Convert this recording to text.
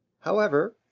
however,